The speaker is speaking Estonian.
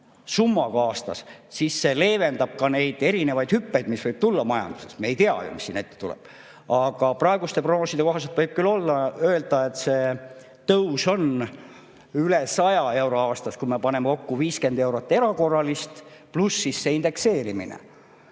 summaga aastas, siis see leevendab ka neid erinevaid hüppeid, mis võivad majanduses tulla. Me ei tea ju, mis siin ette tuleb. Praeguste prognooside kohaselt võib küll öelda, et see tõus on üle 100 euro aastas, kui me paneme kokku 50 eurot erakorralist pluss indekseerimine.